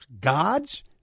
gods